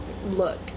look